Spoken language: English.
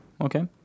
Okay